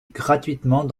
gratuitement